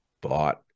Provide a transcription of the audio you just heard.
bought